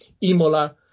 Imola